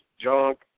junk